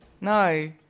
No